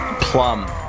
Plum